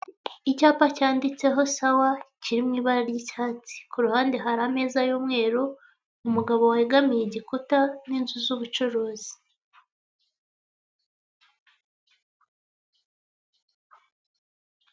Icyapa cyanditseho sawa kiri mu ibara ry'icyatsi, kuruhande hari ameza y'umweru, umugabo wegamiye igikuta, n'inzu z'ubucuruzi.